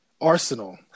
Arsenal